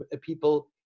people